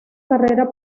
carrera